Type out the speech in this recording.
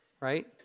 right